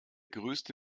größte